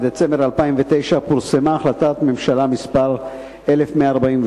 בדצמבר 2009 פורסמה החלטת ממשלה מס' 1148